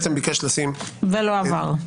ולא עבר.